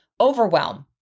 overwhelm